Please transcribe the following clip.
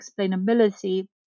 explainability